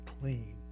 clean